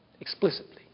explicitly